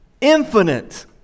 infinite